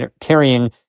carrying